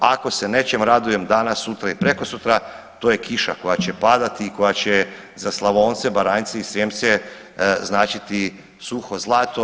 Ako se nečem radujem danas, sutra i prekosutra to je kiša koja će padati i koja će za Slavonce, Baranjce i Srijemce značiti suho zlato.